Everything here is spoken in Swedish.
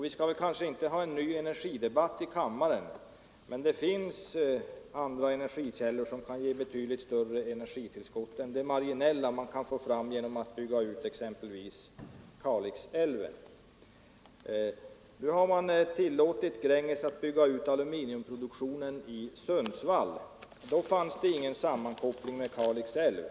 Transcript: Vi skall kanske inte ha en ny energidebatt i kammaren, men det finns andra energikällor som kan ge betydligt större energitillskott än det marginella tillskott man kan få fram genom att bygga ut exempelvis Kalix älv. Nu har man tillåtit Gränges att bygga ut aluminiumproduktionen i Sundsvall. Då fanns det ingen sammankoppling med Kalix älv.